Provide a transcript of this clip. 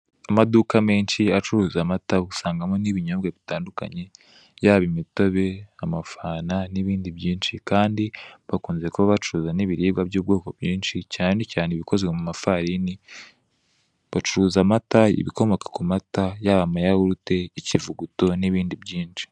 Amaduka menshi ucuruza amata ubusangamo n'ibinyobwa bitandukanye yaba imitobe amafanta nibindi byinshi kandi bakunze kuba bacuruza n'ibiribwa by'ubwoko bwinshi cyane cyane ibikoze mu amafarini, bacuruza amata, ibikomoko k'amata yaba amayahurute, ikivuguto nibindi byinshi.